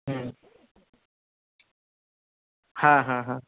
হুম হ্যাঁ হ্যাঁ হ্যাঁ